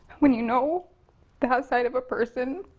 when you know that side of a person,